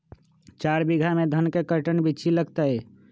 चार बीघा में धन के कर्टन बिच्ची लगतै?